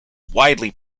widely